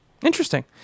Interesting